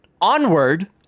Onward